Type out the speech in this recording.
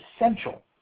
essential